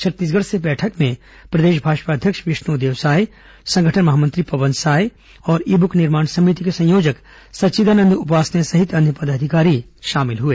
छत्तीसगढ़ से बैठक में प्रदेश भाजपा अध्यक्ष विष्णु देवसाय संगठन महामंत्री पवन साय ईबुक निर्माण समिति के संयोजक सच्चिदानंद उपासने सहित अन्य पदाधिकारी शामिल हुए